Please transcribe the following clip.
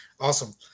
Awesome